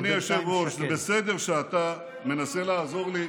אדוני היושב-ראש, זה בסדר שאתה מנסה לעזור לי,